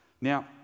Now